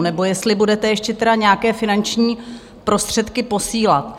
Nebo jestli budete ještě teda nějaké finanční prostředky posílat?